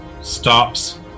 stops